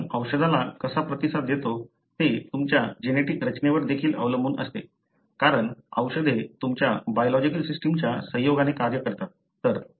आपण औषधाला कसा प्रतिसाद देतो ते तुमच्या जेनेटिक रचनेवर देखील अवलंबून असते कारण औषधे तुमच्या बायोलॉजिकल सिस्टमच्या संयोगाने कार्य करतात